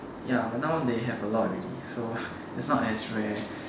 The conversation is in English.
ya but now they have a lot already so it's not as rare